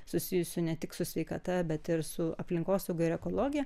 susijusių ne tik su sveikata bet ir su aplinkosauga ir ekologija